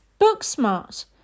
Booksmart